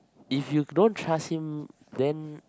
if you don't trust him then